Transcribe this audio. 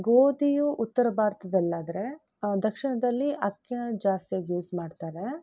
ಗೋಧಿಯು ಉತ್ತರ ಭಾರತದಲ್ಲಾದ್ರೆ ದಕ್ಷಿಣದಲ್ಲಿ ಅಕ್ಕಿನ ಜಾಸ್ತಿಯಾಗಿ ಯೂಸ್ ಮಾಡ್ತಾರೆ